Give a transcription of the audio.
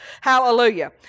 Hallelujah